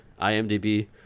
IMDb